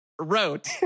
wrote